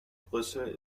brüssel